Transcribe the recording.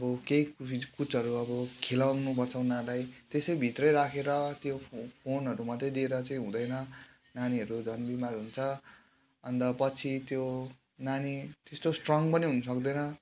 अब केही कुछहरू अब खेलाउनुपर्छ उनीहरूलाई त्यसै भित्रै राखेर त्यो फोनहरू मात्रै दिएर चाहिँ हुँदैन नानीहरू झन् बिमार हुन्छ अन्त पछि त्यो नानी त्यस्तो स्ट्रङ पनि हुनु सक्दैन